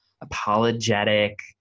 apologetic